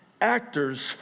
actors